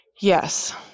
Yes